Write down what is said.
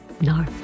No